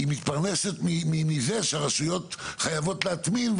היא מתפרנסת מזה שרשויות חייבות להטמין,